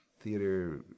theater